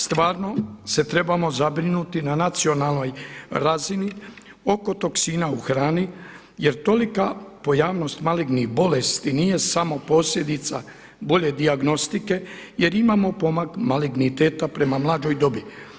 Stvarno se trebamo zabrinuti na nacionalnoj razini oko toksina u hrani jer tolika pojavnost malignih bolesti nije samo posljedica bolje dijagnostike, jer imamo pomak maligniteta prema mlađoj dobi.